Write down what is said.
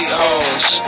hoes